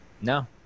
No